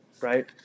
right